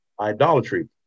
idolatry